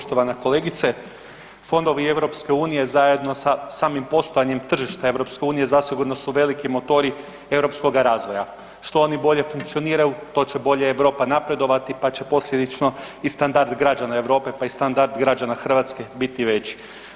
Poštovana kolegice, fondovi EU zajedno sa samim postojanjem tržišta EU zasigurno su veliki motori europskoga razvoja, što oni bolje funkcioniraju to će bolje Europa napredovati, pa će posljedično i standard građana Europe, pa i standard građana Hrvatske biti veći.